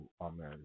Amen